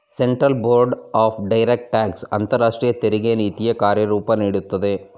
central board of direct tax ಅಂತರಾಷ್ಟ್ರೀಯ ತೆರಿಗೆ ನೀತಿಯ ಕಾರ್ಯರೂಪ ನೀಡುತ್ತದೆ